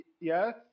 Yes